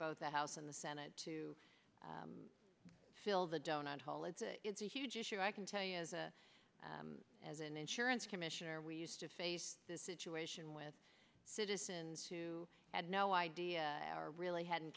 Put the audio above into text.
both the house and the senate to fill the donut hole it's a huge issue i can tell you as a as an insurance commissioner we used to face the situation with citizens who had no idea really hadn't